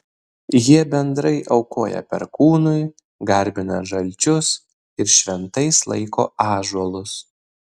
jie bendrai aukoja perkūnui garbina žalčius ir šventais laiko ąžuolus